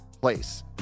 place